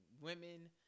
Women